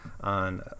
on